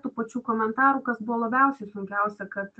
tų pačių komentarų kas buvo labiausiai sunkiausia kad